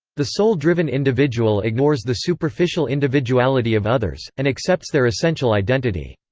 the soul-driven individual ignores the superficial individuality of others, and accepts their essential identity.